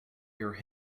your